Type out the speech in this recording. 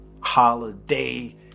holiday